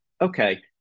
okay